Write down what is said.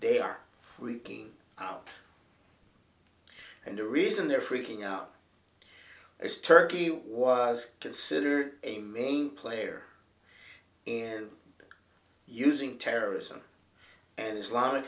they are freaking out and the reason they're freaking out is turkey was considered a main player in using terrorism and islamic